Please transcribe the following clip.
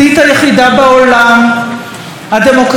הדמוקרטיה היחידה במזרח התיכון,